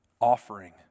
offering